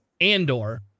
Andor